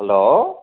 hello